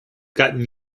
gotten